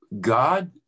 God